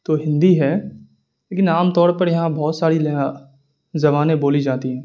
تو ہندی ہے لیکن عام طور پر یہاں بہت ساری زبانیں بولی جاتی ہیں